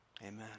Amen